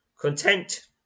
Content